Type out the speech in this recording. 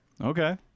Okay